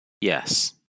Yes